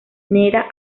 manera